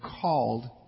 called